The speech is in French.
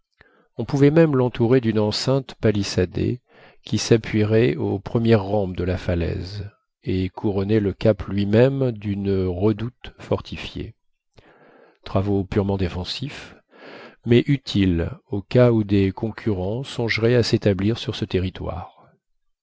on pouvait même l'entourer d'une enceinte palissadée qui s'appuierait aux premières rampes de la falaise et couronner le cap lui-même d'une redoute fortifiée travaux purement défensifs mais utiles au cas où des concurrents songeraient à s'établir sur ce territoire